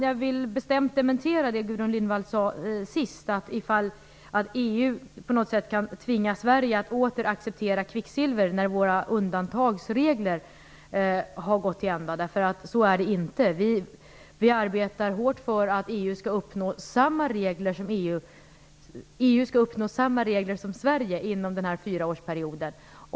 Jag vill bestämt dementera det som Gudrun Lindvall sade sist, nämligen att EU på något sätt skulle kunna tvinga Sverige att på något sätt åter acceptera kvicksilver när våra undantagsregler har slutat gälla. Så är det inte. Vi arbetar hårt för att EU skall uppnå samma regler som Sverige inom denna fyraårsperiod.